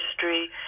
history